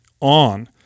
on-